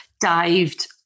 dived